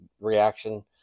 reaction